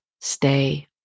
stay